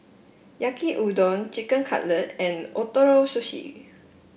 Yaki Udon Chicken Cutlet and Ootoro Sushi